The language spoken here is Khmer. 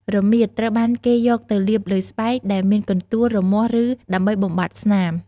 រមៀត ត្រូវបានគេយកទៅលាបលើស្បែកដែលមានកន្ទួល រមាស់ ឬ ដើម្បីបំបាត់ស្នាម។